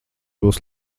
būs